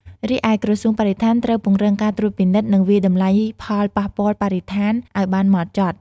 រីឯក្រសួងបរិស្ថានត្រូវពង្រឹងការត្រួតពិនិត្យ និងវាយតម្លៃផលប៉ះពាល់បរិស្ថានឱ្យបានហ្មត់ចត់។